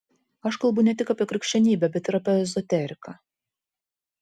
aš kalbu ne tik apie krikščionybę bet ir apie ezoteriką